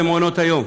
מעונות היום.